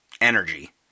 energy